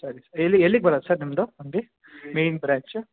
ಸರಿ ಸರ್ ಎಲ್ಲಿ ಎಲ್ಲಿಗೆ ಬರದು ಸರ್ ನಿಮ್ಮದು ಅಂಗಡಿ ಮೇಯ್ನ್ ಬ್ರಾಂಚು